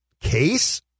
case